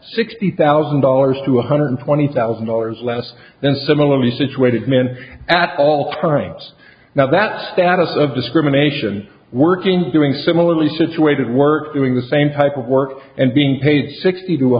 sixty thousand dollars two hundred twenty thousand dollars less than similarly situated men at all times now that status of discrimination working doing similarly situated work doing the same type of work and being paid sixty t